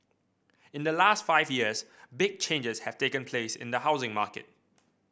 in the last five years big changes have taken place in the housing market